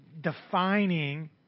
defining